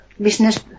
business